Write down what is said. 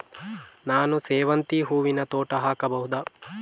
ನಾನು ಸೇವಂತಿ ಹೂವಿನ ತೋಟ ಹಾಕಬಹುದಾ?